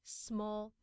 small